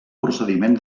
procediment